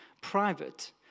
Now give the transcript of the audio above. private